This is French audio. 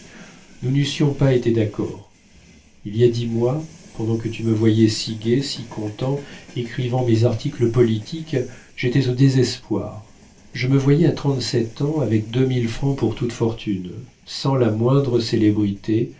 nous n'eussions pas été d'accord il y a dix mois pendant que tu me voyais si gai si content écrivant mes articles politiques j'étais au désespoir je me voyais à trente-sept ans avec deux mille francs pour toute fortune sans la moindre célébrité